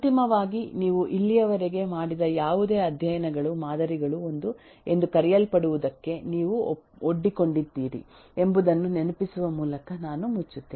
ಅಂತಿಮವಾಗಿ ನೀವು ಇಲ್ಲಿಯವರೆಗೆ ಮಾಡಿದ ಯಾವುದೇ ಅಧ್ಯಯನಗಳು ಮಾದರಿಗಳು ಎಂದು ಕರೆಯಲ್ಪಡುವದಕ್ಕೆ ನೀವು ಒಡ್ಡಿಕೊಂಡಿದ್ದೀರಿ ಎಂಬುದನ್ನು ನೆನಪಿಸುವ ಮೂಲಕ ನಾನು ಮುಚ್ಚುತ್ತೇನೆ